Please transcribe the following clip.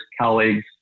colleagues